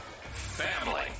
family